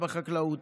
בחקלאות,